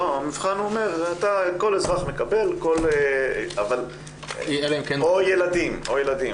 לא, המבחן אומר שכל אזרח יקבל, או ילדים.